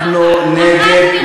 פעם אחת,